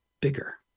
bigger